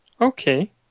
Okay